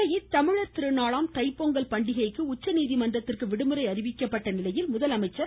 இதனிடையே தமிழர் திருநாளாம் தைப்பொங்கல் பண்டிகைக்கு உச்சநீதிமன்றத்திற்கு விடுமுறை அறிவிக்கப்பட்ட நிலையில் முதலமைச்சர் திரு